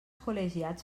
col·legiats